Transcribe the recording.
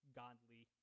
godly